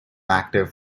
active